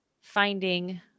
finding